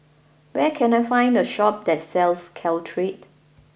where can I find a shop that sells Caltrate